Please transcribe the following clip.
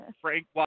Frank